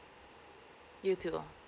you too